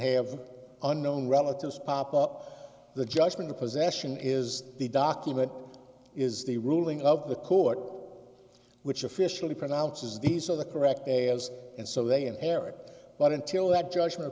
have unknown relatives pop up the judgement of possession is the document is the ruling of the court which officially pronounces these are the correct errors and so they inherit but until that judgement